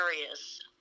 areas